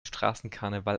straßenkarneval